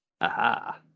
Aha